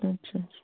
اَچھا اَچھا